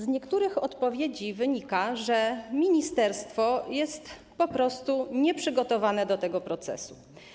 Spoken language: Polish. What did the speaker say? Z niektórych odpowiedzi wynika, że ministerstwo jest po prostu nieprzygotowane do tego procesu.